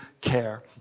care